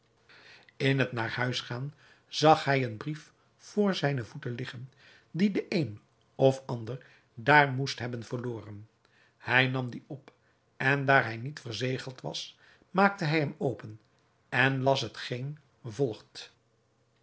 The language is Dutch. in het naar huis gaan zag hij een brief voor zijne voeten liggen die de een of ander daar moest hebben verloren hij nam dien op en daar hij niet verzegeld was maakte hij hem open en las hetgeen volgt